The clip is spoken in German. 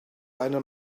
eine